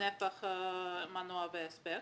נפח המנוע וההספק,